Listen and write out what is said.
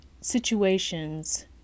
situations